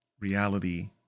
reality